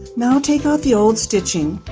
now take out the old stitching,